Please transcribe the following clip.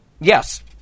Yes